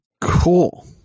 Cool